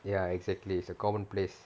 ya exactly it's a common place